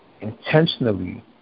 intentionally